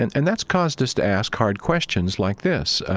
and and that's caused us to ask hard questions like this